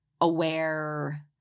Aware –